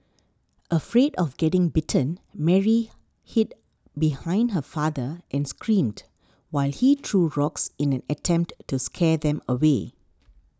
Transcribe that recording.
afraid of getting bitten Mary hid behind her father and screamed while he threw rocks in an attempt to scare them away